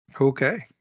Okay